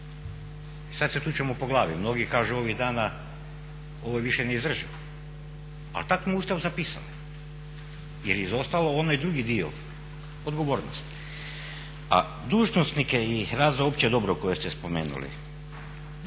i sad se tučemo po glavi, mnogi kažu ovih dana ovo je više neizdrživo. Ali tako smo u Ustav zapisali jer je izostao onaj drugi dio odgovornost. A dužnosnike i rad za opće dobro koje ste spomenuli,